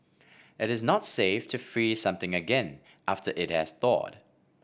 it is not safe to freeze something again after it has thawed